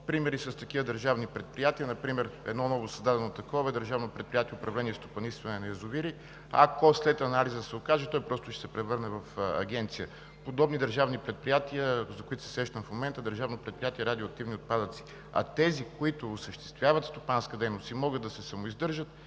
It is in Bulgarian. Примери с такива държавни предприятия: например новосъздадено такова е Държавно предприятие „Управление и стопанисване на язовири“. Ако след анализа се окаже, то просто ще се превърне в агенция. Подобни държавни предприятия, за които се сещам в момента, е Държавно предприятие „Радиоактивни отпадъци“. Тези, които осъществяват стопанска дейност и могат да се самоиздържат,